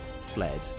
fled